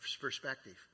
perspective